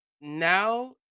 now